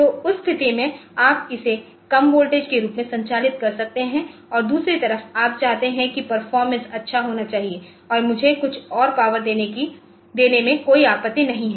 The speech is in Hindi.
तो उस स्थिति में आप इसे कम वोल्टेज के रूप में संचालित कर सकते हैं और दूसरी तरफ आप चाहते हैं कि परफॉरमेंस अच्छा होना चाहिए और मुझे कुछ और पावर देने में कोई आपत्ति नहीं है